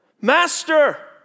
master